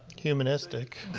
humanistic,